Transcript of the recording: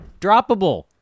droppable